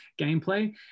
gameplay